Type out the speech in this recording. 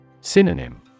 Synonym